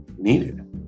needed